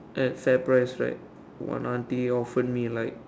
at fairprice right one auntie offered me like